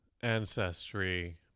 ancestry